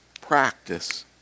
practice